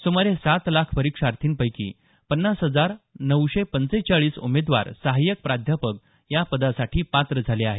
सुमारे सात लाख परीक्षार्थींपैकी पन्नास हजार नऊशे पंचेचाळीस उमेदवार सहाय्यक प्राध्यापक या पदासाठी पात्र झाले आहेत